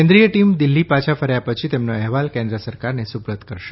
કેન્દ્રીય ટીમ દિલ્હી પાછા ફર્યા પછી તેમનો અહેવાલ કેન્દ્ર સરકારને સુપરત કરશે